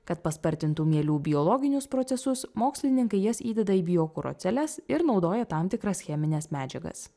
kad paspartintų mielių biologinius procesus mokslininkai jas įdeda į biokuro celes ir naudoja tam tikras chemines medžiagas